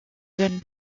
zone